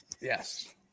Yes